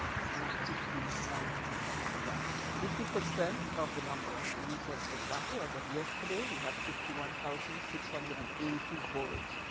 it's not fifty one. exactly. fifty percent of the number. and i use this example as of yesterday we had fifty one thousand six hundred and eighty two voters.